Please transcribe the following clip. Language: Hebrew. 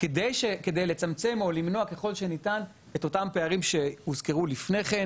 כדי לצמצם או למנוע ככל שניתן את אותם פערים שהוזכרו לפני כן.